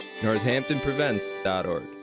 NorthamptonPrevents.org